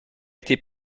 était